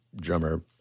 drummer